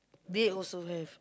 they also have